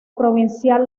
provincial